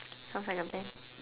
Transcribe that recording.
sounds like a plan